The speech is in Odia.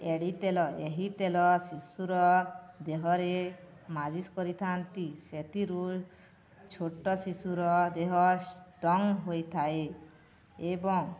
ଏଡ଼ି ତେଲ ଏହି ତେଲ ଶିଶୁର ଦେହରେ ମାଲିସ୍ କରିଥାନ୍ତି ସେଥିରୁ ଛୋଟ ଶିଶୁର ଦେହ ଷ୍ଟଙ୍ଗ ହୋଇଥାଏ ଏବଂ